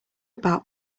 about